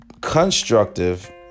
constructive